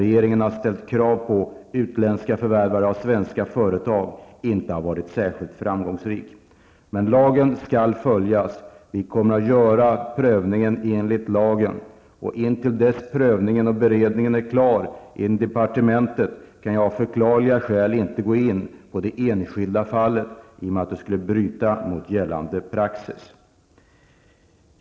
Regeringen har inte varit särskilt framgångsrik när den har ställt krav på utländska förvärvare av svenska företag. Vi kommer emellertid att göra en prövning enligt gällande lag, och fram till dess prövningen och beredningen är klar i departementet kan jag av förklarliga skäl inte gå in på den enskilda affären. Det skulle bryta mot gällande praxis att göra det.